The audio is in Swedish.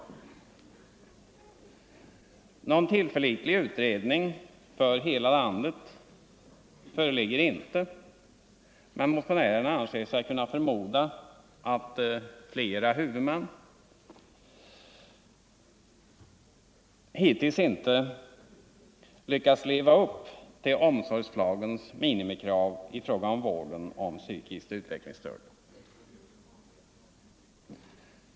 Någon tillförlitlig utredning för hela landet föreligger inte, men motionärerna anser sig kunna förmoda att flera huvudmän hittills inte lyckats leva upp till omsorgslagens minimikrav i fråga om vården av psykiskt utvecklingsstörda.